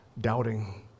doubting